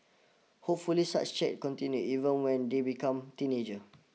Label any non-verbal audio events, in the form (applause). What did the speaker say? hopefully such chats continue even when they become teenagers (noise)